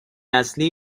اصلی